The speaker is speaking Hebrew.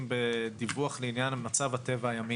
בניטור בדיווח לעניין מצב הטבע הימי".